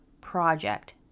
project